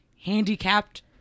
handicapped